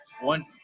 one